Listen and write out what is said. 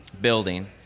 building